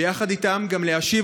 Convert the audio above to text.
ויחד איתם גם להשיב,